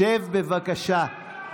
שב, בבקשה.